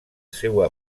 seua